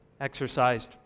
exercised